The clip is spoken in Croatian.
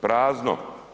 Prazno.